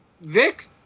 Vic